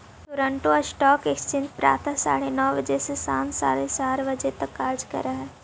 Toronto stock exchange प्रातः साढ़े नौ बजे से सायं चार बजे तक कार्य करऽ हइ